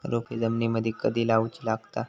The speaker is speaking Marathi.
रोपे जमिनीमदि कधी लाऊची लागता?